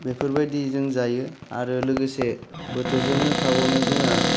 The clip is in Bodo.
बेफोरबायदि जों जायो आरो लोगोसे बोथोरजोंनो थाबावनाय जोंहा